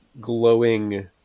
glowing